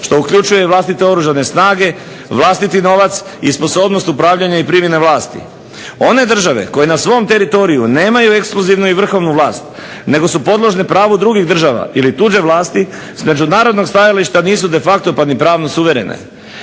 što uključuje i vlastite oružane snage, vlastiti novac i sposobnost upravljanja i primjene vlasti. One države koje na svom teritoriju nemaju ekskluzivnu i vrhovnu vlast nego su podložne pravu drugih država ili tuđe vlasti s međunarodnog stajališta nisu de facto pa ni pravno suverene.